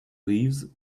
leaves